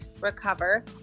recover